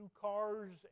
cars